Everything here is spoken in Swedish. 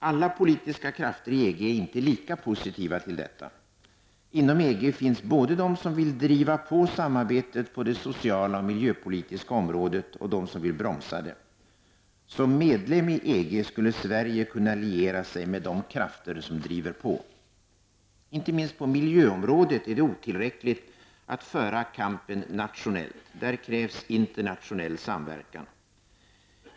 Alla politiska krafter i EG är inte lika positiva till detta. Inom EG finns både de som vill driva på samarbetet på det sociala och miljöpolitiska området och de som vill bromsa det. Som medlem i EG skulle Sverige kunna liera sig med de krafter som driver på. Inte minst på miljöområdet är det otillräckligt att föra kampen nationellt -- där krävs internationell samverkan.